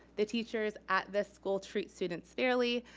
the teachers at this school treat students fairly,